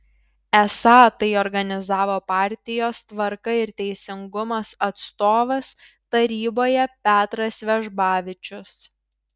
esą tai organizavo partijos tvarka ir teisingumas atstovas taryboje petras vežbavičius